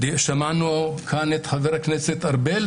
שמענו כאן את חבר הכנסת ארבל,